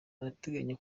urateganya